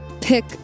pick